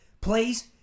please